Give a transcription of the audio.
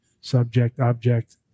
subject-object